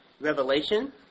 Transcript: revelation